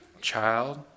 child